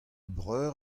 breur